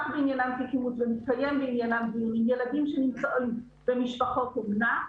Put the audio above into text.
בעניינם דיון ומסתיים בעניינם דיון הם ילדים למשפחות אומנה,